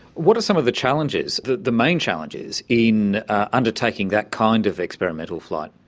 what are some of the challenges, the the main challenges in undertaking that kind of experimental flight?